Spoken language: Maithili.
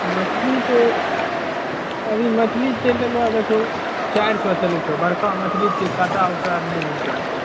मछली छै अभी मछली चलि गेलहो देखो चारि सओ चलै छौ बड़का मछली छै काँटा उँटा नहि मिलतऽ एक्को